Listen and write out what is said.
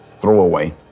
throwaway